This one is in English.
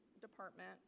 department